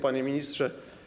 Panie Ministrze!